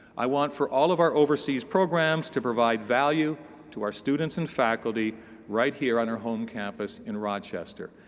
i want for all of our overseas programs to provide value to our students and faculty right here on our home campus in rochester.